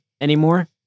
anymore